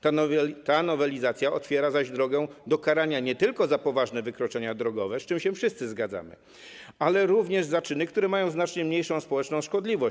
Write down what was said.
Ta nowelizacja otwiera zaś drogę do karania nie tylko za poważne wykroczenia drogowe, z czym się wszyscy zgadzamy, ale również za czyny, które mają znacznie mniejszą społeczną szkodliwość.